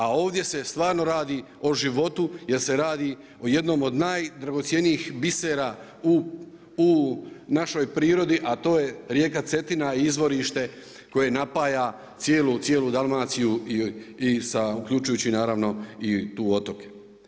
A ovdje se stvarno radi o životu jer se radi o jednom od najdragocjenijih bisera u našoj prirodi, a to je rijeka Cetina i izvorište koje napaja cijelu Dalmaciju uključujući naravno i tu otoke.